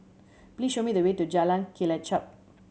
please show me the way to Jalan Kelichap